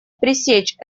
пресечь